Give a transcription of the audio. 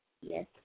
Yes